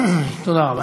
תודה רבה.